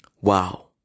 Wow